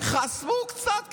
חסמו קצת כבישים,